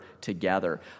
together